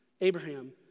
Abraham